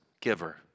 giver